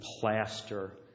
plaster